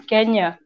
Kenya